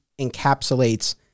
encapsulates